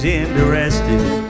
interested